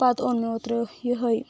پتہٕ اوٚن مےٚ اوترٕ یُہے